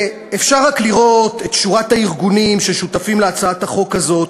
אפשר רק לראות את שורת הארגונים ששותפים להצעת החוק הזאת,